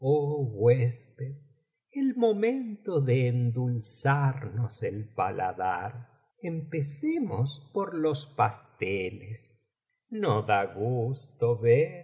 el momento de endulzarnos el paladar empecemos por los pasteles no da gusto ver